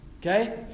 Okay